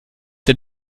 der